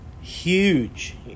huge